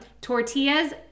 tortillas